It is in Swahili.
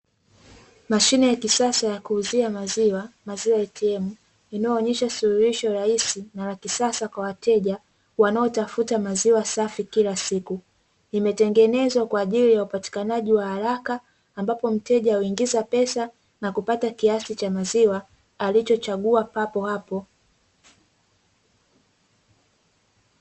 Mashine ya kisasa ya kuuzia maziwa maziwa (ATM) inayoonyesha suruwisho rahisi na la kisasa kwa wateja wanaotafuta maziwa safi kila siku, imetengenezwa kwaajili ya upatikanaji wa haraka, ambapo mteja uingiza pesa na kupata kiasi cha maziwa alichochagua papo hapo.